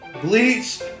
bleach